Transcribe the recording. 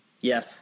Yes